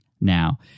now